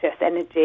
energy